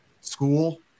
school